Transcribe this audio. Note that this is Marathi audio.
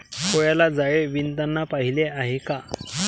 कोळ्याला जाळे विणताना पाहिले आहे का?